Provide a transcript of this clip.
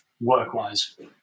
work-wise